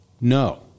No